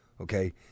Okay